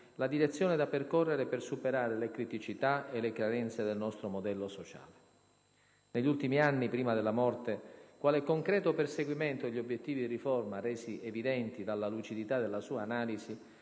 la direzione da percorrere per superare le criticità e le carenze del nostro modello sociale. Negli ultimi anni prima della morte, quale concreto perseguimento degli obiettivi di riforma resi evidenti dalla lucidità della sua analisi,